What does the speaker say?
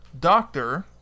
doctor